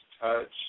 touch